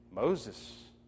Moses